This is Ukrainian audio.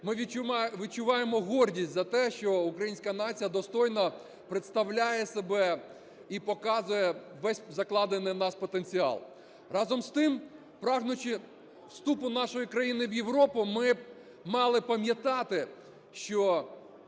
ми відчуваємо гордість за те, що українська нація достойно представляє себе і показує весь закладений в нас потенціал. Разом з тим, прагнучи вступу нашої країни в Європу, ми мали б пам'ятати, що